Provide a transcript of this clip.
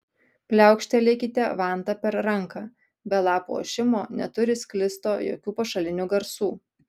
pliaukštelėkite vanta per ranką be lapų ošimo neturi sklisto jokių pašalinių garsų